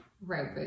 Right